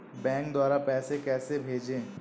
Bank द्वारा पैसे कैसे भेजें?